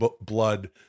blood